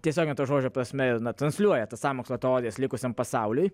tiesiogine to žodžio prasme transliuoja tas sąmokslo teorijas likusiam pasauliui